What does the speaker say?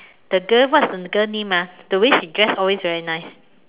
the girl what's the girl's name ah the way she dress always very nice